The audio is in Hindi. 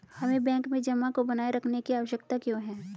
हमें बैंक में जमा को बनाए रखने की आवश्यकता क्यों है?